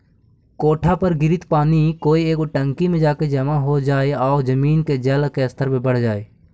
कोठा पर गिरित पानी कोई एगो टंकी में जाके जमा हो जाई आउ जमीन के जल के स्तर बढ़ जाई